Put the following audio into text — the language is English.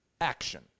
action